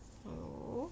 hello